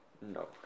No